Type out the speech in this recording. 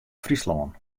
fryslân